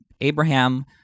Abraham